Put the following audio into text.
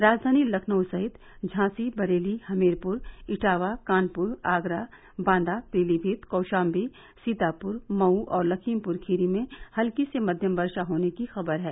राजधानी लखनऊ सहित झांसी बरेली हमीरपुर इटावा कानपुर आगरा बांदा पीलीभीत कौशाम्बी सीतापुर मऊ और लखीमपुर खीरी में हल्की से मध्यम वर्षा होने की खबर है